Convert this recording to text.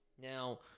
Now